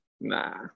nah